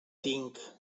tinc